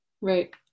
Right